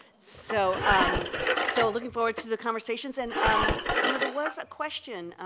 so um so looking forward to the conversations and um you know there was a question,